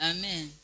Amen